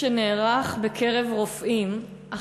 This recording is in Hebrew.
מסקר שנערך בקרב רופאים עלה,